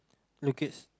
looking